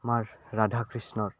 আমাৰ ৰাধা কৃষ্ণৰ